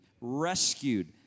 rescued